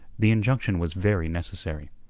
the injunction was very necessary.